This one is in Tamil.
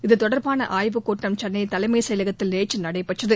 இதுதொடர்பான ஆய்வுக்கூட்டம் சென்னை தலைமை செயலகத்தில் நேற்று நடைபெற்றது